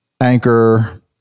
anchor